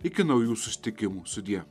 iki naujų susitikimų sudie